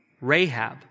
Rahab